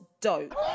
dope